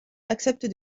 accepte